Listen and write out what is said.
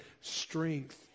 strength